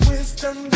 Wisdom